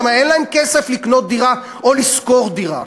למה אין להם כסף לקנות דירה או לשכור דירה.